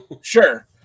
Sure